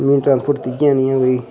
होर ट्रांसपोर्ट ते इ'यै नेआं गै